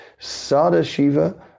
Sadashiva